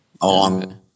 on